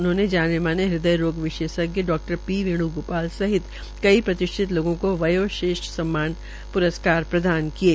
उन्होंने जाने मामने हद्वयरोग विशेषज्ञ डा पी वेण्गोपाला सहित कई प्रतिष्ठितलोगों को वयोश्रेष्ठ सम्मान प्रस्कार प्रदान किये